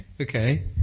Okay